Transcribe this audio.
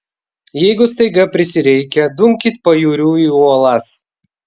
jeigu staiga prisireikia dumkit pajūriu į uolas